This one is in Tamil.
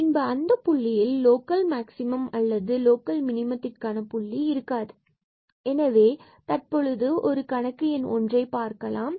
பின்பு அந்தப் புள்ளியில் லோக்கல் மேக்ஸிமம் அல்லது லோக்கல் மினிமத்திற்கான புள்ளி இருக்காது எனவே தற்பொழுது கணக்கு எண் ஒன்றை பார்க்கலாம்